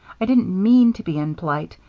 i didn't mean to be impolite,